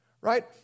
right